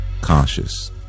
conscious